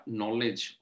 knowledge